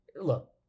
look